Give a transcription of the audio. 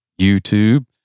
YouTube